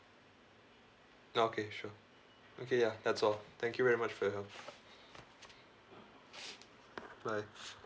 okay sure okay ya that's all thank you very much for your help bye